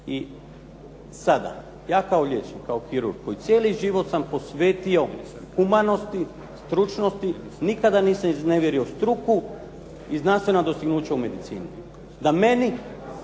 I sada ja kao liječnik, kao kirurg koji cijeli život sam posvetio humanosti, stručnosti, nikada nisam iznevjerio struku i znanstvena dostignuća u medicini da meni